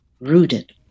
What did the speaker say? rooted